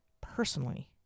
personally